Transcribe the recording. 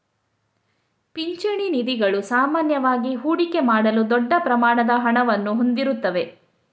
ಪಿಂಚಣಿ ನಿಧಿಗಳು ಸಾಮಾನ್ಯವಾಗಿ ಹೂಡಿಕೆ ಮಾಡಲು ದೊಡ್ಡ ಪ್ರಮಾಣದ ಹಣವನ್ನು ಹೊಂದಿರುತ್ತವೆ